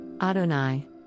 Adonai